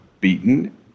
beaten